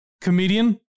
comedian